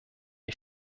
ich